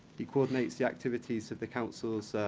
he coordinates the activities of the council's